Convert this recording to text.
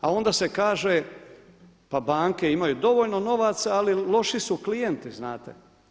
A onda se kaže pa banke imaju dovoljno novaca ali loši su klijenti znate.